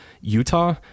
Utah